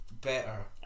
better